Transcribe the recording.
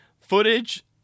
footage